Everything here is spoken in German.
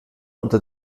unter